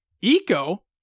Eco